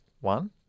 one